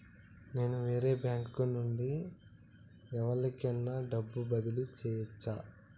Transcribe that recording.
నేను వేరే బ్యాంకు నుండి ఎవలికైనా డబ్బు బదిలీ చేయచ్చా?